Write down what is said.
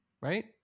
right